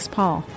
Paul